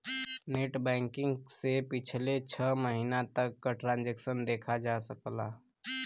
net banking से पिछले छः महीने तक क ट्रांसैक्शन देखा जा सकला